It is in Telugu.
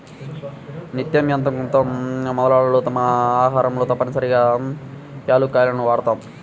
నిత్యం యెంతో కొంత మోతాదులో మన ఆహారంలో తప్పనిసరిగా యాలుక్కాయాలను వాడతాం